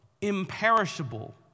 imperishable